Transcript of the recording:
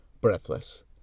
breathless